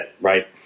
right